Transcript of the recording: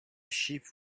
sheep